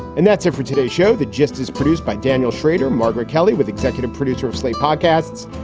and that's it for today's show that just is produced by daniel shrader, margaret kelly with executive producer of slate podcasts.